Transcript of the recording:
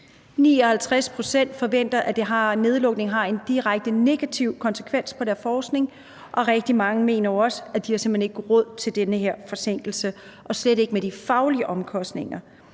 59 pct. forventer, at nedlukningen har en direkte negativ konsekvens for deres forskning, og rigtig mange mener også, at de simpelt hen ikke har råd til den her forsinkelse, slet ikke med de faglige omkostninger.